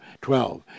Twelve